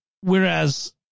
Whereas